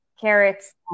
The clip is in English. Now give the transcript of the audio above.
carrots